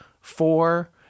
four